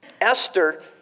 Esther